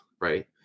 right